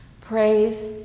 Praise